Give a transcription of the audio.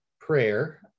prayer